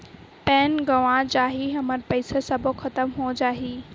Pan गंवा जाही हमर पईसा सबो खतम हो जाही?